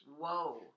Whoa